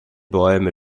bäume